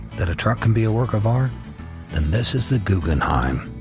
that a truck can be a work of art, then this is the guggenheim.